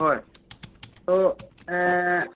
হয় ত'